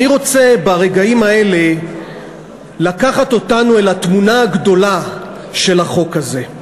אני רוצה ברגעים האלה לקחת אותנו אל התמונה הגדולה של החוק הזה.